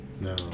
No